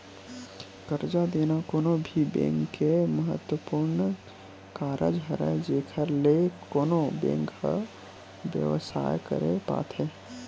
करजा देना कोनो भी बेंक के महत्वपूर्न कारज हरय जेखर ले कोनो बेंक ह बेवसाय करे पाथे